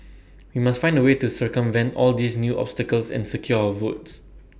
we must find A way to circumvent all these new obstacles and secure our votes